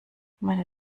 meine